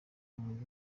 mpunzi